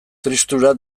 tristura